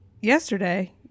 Yesterday